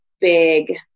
big